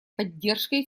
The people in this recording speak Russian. поддержкой